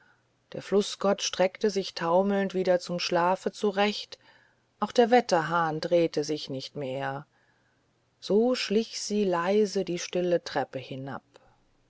der flußgott streckte sich taumelnd wieder zum schlafe zurecht auch der wetterhahn drehte sich nicht mehr so schlich sie leise die stille treppe hinab